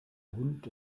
hund